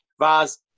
Vaz